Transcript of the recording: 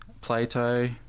Plato